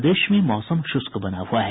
प्रदेश में मौसम शुष्क बना हुआ है